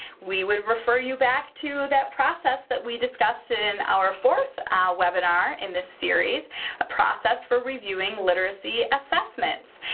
we would refer you back to that process that we discussed in our fourth webinar in this series a process for reviewing literacy assessments.